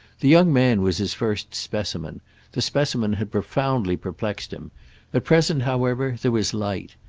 the young man was his first specimen the specimen had profoundly perplexed him at present however there was light.